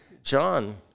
John